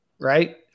right